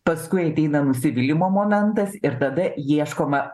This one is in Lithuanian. paskui ateina nusivylimo momentas ir tada ieškoma